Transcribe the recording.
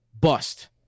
bust